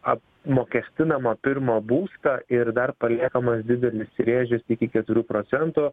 apmokestinama pirmą būstą ir dar paliekamas didelis rėžis iki keturių procentų